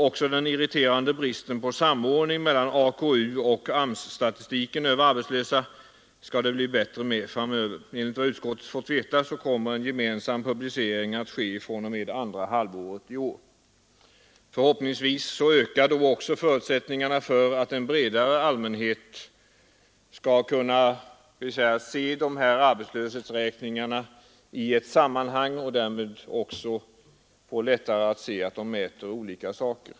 Också den irriterande bristen på samordning mellan AKU och AMS-statistiken över arbetslösa skall avhjälpas framöver. Enligt vad utskottet fått veta kommer en gemensam publicering att ske fr.o.m. andra halvåret i år. Förhoppningsvis ökar då också förutsättningarna för att en bredare allmänhet skall kunna se dessa arbetslöshetsräkningar i ett sammanhang och därmed få lättare att se att de mäter olika saker.